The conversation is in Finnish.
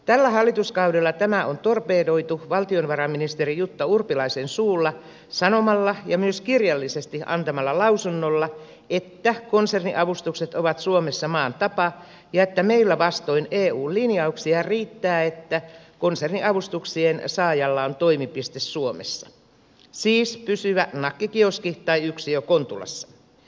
tällä hallituskaudella tämä on torpedoitu valtiovarainministeri jutta urpilaisen suulla sanomalla ja myös kirjallisesti antamalla lausunnolla että konserniavustukset ovat suomessa maan tapa ja että meillä vastoin eu linjauksia riittää että konserniavustuksien saajalla on toimipiste suomessa siis pysyvä nakkikioski tai yksiö kontulassa